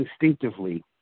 instinctively